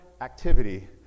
activity